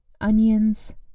onions